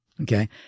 okay